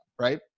right